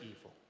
evil